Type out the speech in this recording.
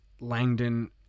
Langdon